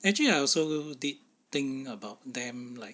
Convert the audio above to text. actually I also did think about them like